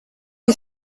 est